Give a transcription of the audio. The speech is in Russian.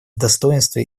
достоинстве